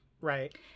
right